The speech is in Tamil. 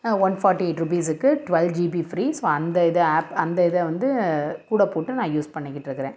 ஒன் ஃபார்ட்டி எயிட் ருபீஸுக்கு டுவெல் ஜிபி ஃப்ரீ ஸோ அந்த இதை ஆப் அந்த இதை வந்து கூட போட்டு நான் யூஸ் பண்ணிக்கிட்டுருக்கறேன்